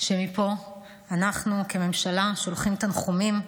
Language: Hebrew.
שמפה אנחנו, כממשלה, שולחים תנחומים,